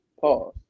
pause